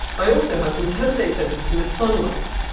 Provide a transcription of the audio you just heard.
i also have some template sensors for the sunlight.